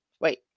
wait